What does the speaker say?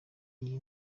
iyi